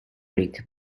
rick